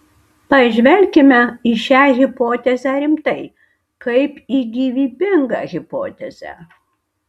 pažvelkime į šią hipotezę rimtai kaip į gyvybingą hipotezę